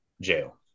jail